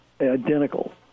identical